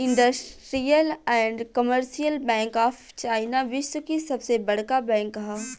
industrial and commercial bank of China विश्व की सबसे बड़का बैंक ह